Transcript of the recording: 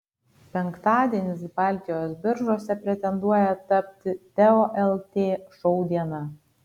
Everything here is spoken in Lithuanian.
penktadienis baltijos biržose pretenduoja tapti teo lt šou diena